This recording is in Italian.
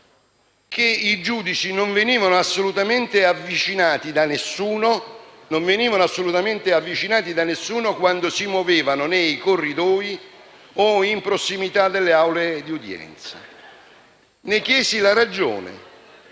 che i giudici non venivano assolutamente avvicinati da alcuno quando si muovevano nei corridoi o in prossimità delle aule di udienza. Ne chiesi la ragione